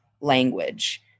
language